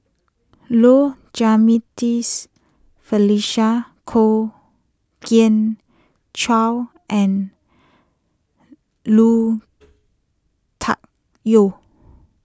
Low Jimenez Felicia Kwok Kian Chow and Lui Tuck Yew